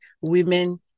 women